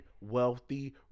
wealthy